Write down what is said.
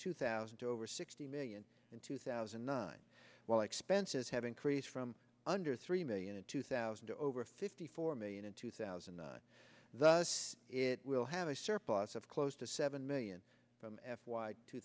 two thousand to over sixty million in two thousand and nine while expenses have increased from under three million in two thousand to over fifty four million in two thousand the us it will have a surplus of close to seven million from f y two